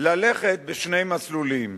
ללכת בשני מסלולים,